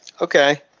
Okay